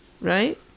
right